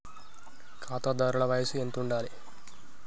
ఖాతాదారుల వయసు ఎంతుండాలి?